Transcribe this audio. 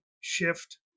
shift